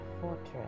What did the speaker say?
fortress